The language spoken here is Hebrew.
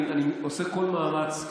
אני עושה כל מאמץ,